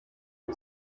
who